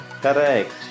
Correct